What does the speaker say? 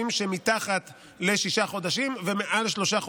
שמתחת לשישה חודשים ומעל שלושה חודשים,